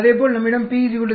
அதேபோல் நம்மிடம் p 0